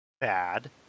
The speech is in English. Bad